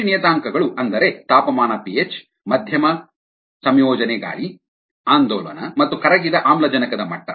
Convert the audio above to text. ಕೃಷಿ ನಿಯತಾಂಕಗಳು ಅಂದರೆ ತಾಪಮಾನ ಪಿಹೆಚ್ ಮಧ್ಯಮ ಸಂಯೋಜನೆ ಗಾಳಿ ಆಂದೋಲನ ಮತ್ತು ಕರಗಿದ ಆಮ್ಲಜನಕದ ಮಟ್ಟ